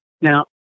Now